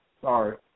sorry